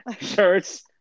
shirts